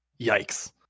yikes